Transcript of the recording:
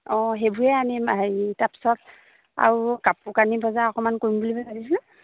অঁ সেইবোৰেই আনিম হেৰি তাৰপিছত আৰু কাপোৰ কানি বজাৰ অকণমান কৰিম বুলি ভাবিছিলো